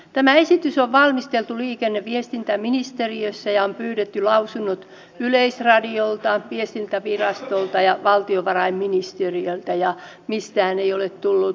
tämä esitys on valmisteltu liikenne ja viestintäministeriössä ja on pyydetty lausunnot yleisradiolta viestintävirastolta ja valtiovarainministeriöltä ja mistään ei ole tullut vastalausetta